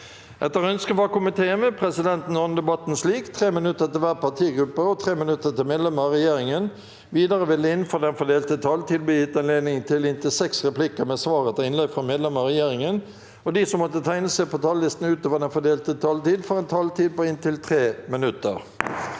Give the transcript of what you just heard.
og konstitusjonskomiteen vil presidenten ordne debatten slik: 5 minutter til hver partigruppe og 5 minutter til medlemmer av regjeringen. Videre vil det – innenfor den fordelte taletid – bli gitt anledning til inntil seks replikker med svar etter innlegg fra medlemmer av regjeringen, og de som måtte tegne seg på talerlisten utover den fordelte taletid, får en taletid på inntil 3 minutter.